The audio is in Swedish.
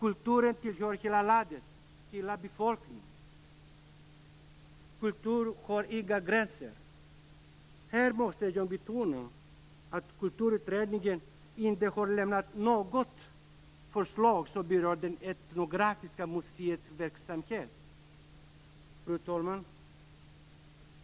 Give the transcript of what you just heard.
Kulturen tillhör hela landet, hela befolkningen. Kulturen har inga gränser. Här måste jag betona att kulturutredningen inte har lämnat något förslag som berör det etnografiska museets verksamhet. Fru talman!